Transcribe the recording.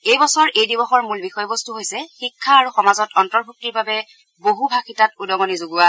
এই বছৰ এই দিৱসৰ মূল বিষয়বস্ত হৈছে শিক্ষা আৰু সমাজত অন্তৰ্ভুক্তিৰ বাবে বহুভাষিতাত উদগণি যোগোৱা